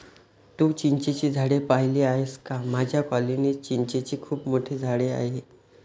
तू चिंचेची झाडे पाहिली आहेस का माझ्या कॉलनीत चिंचेचे खूप मोठे झाड आहे